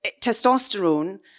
testosterone